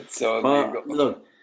Look